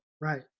Right